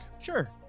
sure